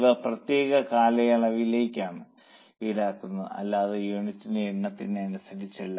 ഇവ പ്രത്യേക കാലയളവിലേക്കാണ് ഈടാക്കുന്നത് അല്ലാതെ യൂണിറ്റിന്റെ എണ്ണത്തിനനുസരിച്ചല്ല